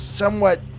Somewhat